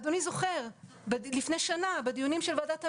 אדוני זוכר, לפני שנה בדיונים של ועדת המשנה,